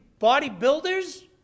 bodybuilders